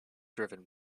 driven